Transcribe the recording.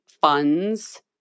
funds